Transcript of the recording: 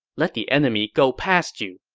let the enemy go past you,